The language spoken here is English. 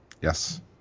Yes